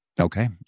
Okay